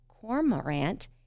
Cormorant